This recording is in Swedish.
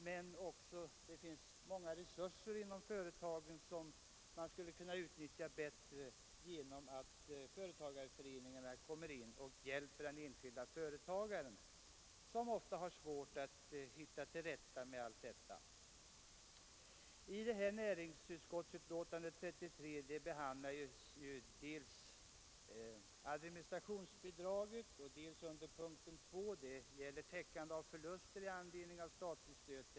Men det finns också många resurser som man inom företagen skulle kunna utnyttja bättre genom att företagareföreningarna kom in och hjälpte den enskilda företagaren, som ofta har svårt att komma till rätta med allt detta.